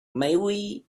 maybe